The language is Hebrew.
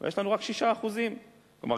יש לנו רק 6%. כלומר,